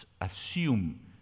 assume